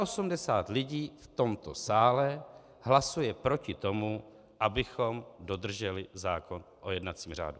85 lidí v tomto sále hlasuje proti tomu, abychom dodrželi zákon o jednacím řádu.